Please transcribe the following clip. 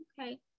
okay